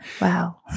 Wow